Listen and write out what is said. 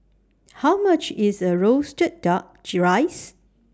How much IS The Roasted Duck G Rice